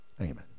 Amen